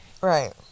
Right